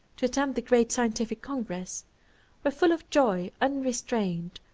to attend the great scientific congress were full of joy unrestrained.